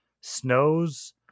snows